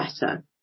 better